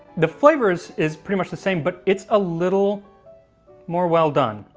the flavor is is pretty much the same but it's a little more well done,